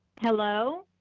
hello?